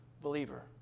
believer